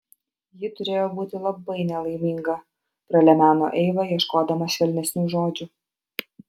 ji turėjo būti labai nelaiminga pralemeno eiva ieškodama švelnesnių žodžių